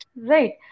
Right